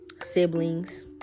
siblings